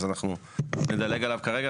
אז אנחנו נדלג עליו כרגע,